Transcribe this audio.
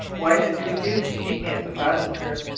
why should he refuse to keep me as a passenger?